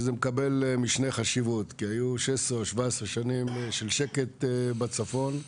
שזה מקבל משנה חשיבות כי היו 16-17 שנים של שקט בצפון,